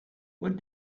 what